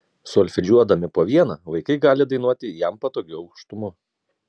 solfedžiuodami po vieną vaikai gali dainuoti jam patogiu aukštumu